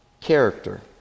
character